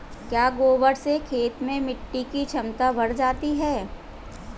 क्या गोबर से खेत में मिटी की क्षमता बढ़ जाती है?